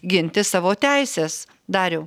ginti savo teises dariau